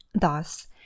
thus